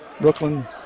Brooklyn